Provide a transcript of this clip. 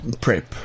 prep